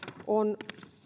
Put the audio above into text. on